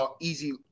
easy